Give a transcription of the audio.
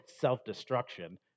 self-destruction